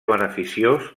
beneficiós